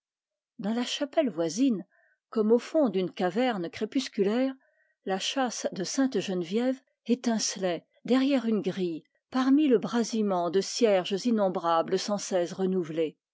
dans la chapelle voisine la châsse de sainte-geneviève étincelait derrière une grille parmi le brasillement de cierges innombrables sans cesse renouvelés